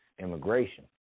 immigration